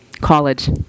college